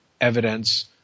evidence